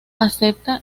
acepta